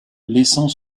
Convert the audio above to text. laissant